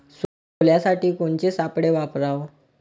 सोल्यासाठी कोनचे सापळे वापराव?